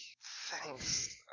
thanks